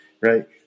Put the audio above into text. right